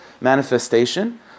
manifestation